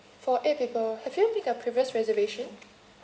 for eight people have you pick a previous reservation